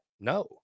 No